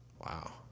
Wow